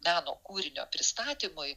meno kūrinio pristatymui